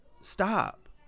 stop